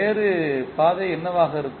வேறு பாதை என்னவாக இருக்கும்